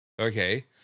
Okay